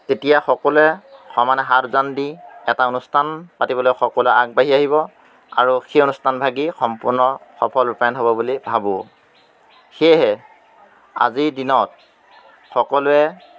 তেতিয়া সকলোৱে সমানে হাত উজান দি এটা অনুষ্ঠান পাতিবলৈ সকলোৱে আগবাঢ়ি আহিব আৰু সেই অনুষ্ঠানভাগি সম্পূৰ্ণ সফল ৰূপায়ন হ'ব বুলি ভাবোঁ সেয়েহে আজিৰ দিনত সকলোৱে